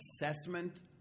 assessment